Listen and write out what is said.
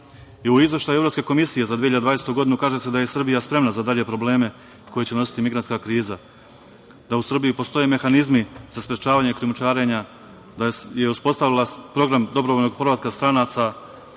Izveštaju Evropske komisije za 2020. godinu kaže se da je Srbija spremna za dalje probleme koje će nositi migrantska kriza, da u Srbiji postoje mehanizmi za sprečavanje krijumčarenja, da je uspostavila program dobrovoljnog povratka stranaca,